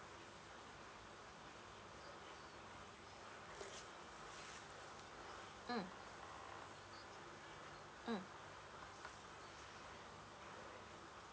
mm mm